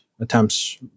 attempts